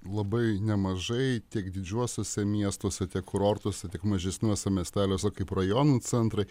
labai nemažai tiek didžiuosiuose miestuose tiek kurortus tiek mažesniuose miesteliuose kaip rajonų centrai